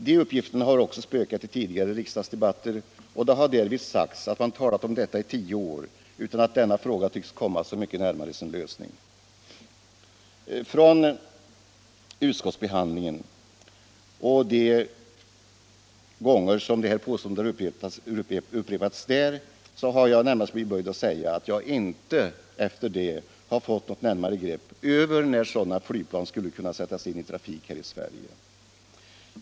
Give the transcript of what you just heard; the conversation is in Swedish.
De uppgifterna har också spökat i tidigare riksdagsdebatter, och det har därvid sagts att man har talat om detta i tio år utan att denna fråga tycks komma så mycket närmare sin lösning. Efter de gånger de här påståendena har upprepats under utskottsbehandlingen har jag blivit böjd att säga att jag inte har fått något närmare grepp över när sådana här flygplan skulle kunna sättas in i trafik här i Sverige.